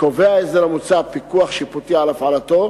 קובע ההסדר המוצע פיקוח שיפוטי על הפעלתו,